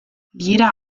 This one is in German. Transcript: jeder